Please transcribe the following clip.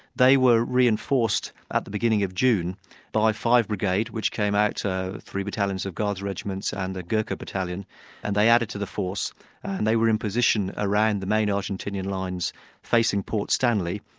they were reinforced at the beginning of june by five brigade, which came out so three battalions of guards regiments and a ghurkha battalion and they added to the force and they were in position around the main argentinean lines facing port stanley,